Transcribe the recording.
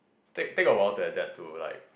take take awhile to adapt to like